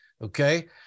okay